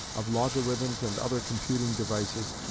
of logarithms and other computing devices,